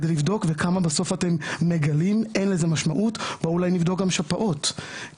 כמה מילים על מגמות תחלואה בעולם,